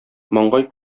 маңгай